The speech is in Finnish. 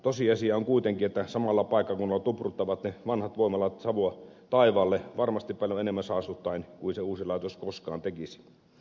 tosiasia on kuitenkin että samalla paikkakunnalla tupruttavat ne vanhat voimalat savua taivaalle varmasti paljon enemmän saastuttaen kuin se uusi laitos koskaan tekisi